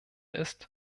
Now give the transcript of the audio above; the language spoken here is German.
ist